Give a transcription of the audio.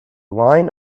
line